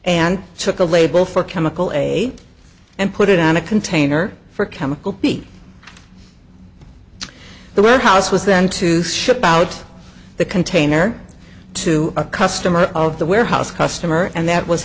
and took a label for chemical a and put it on a container for chemical p the red house was then to ship out the container to a customer of the warehouse customer and that was